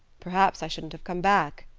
perhaps i shouldn't have come back,